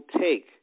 take